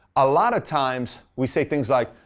a lot of times we say things like,